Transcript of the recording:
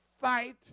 fight